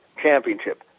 championship